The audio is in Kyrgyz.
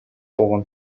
болгон